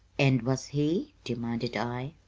and was he? demanded i.